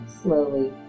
slowly